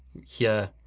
here,